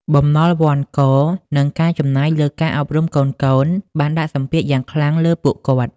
បំណុលវ័ណ្ឌក និងការចំណាយលើការអប់រំកូនៗបានដាក់សម្ពាធយ៉ាងខ្លាំងលើពួកគាត់។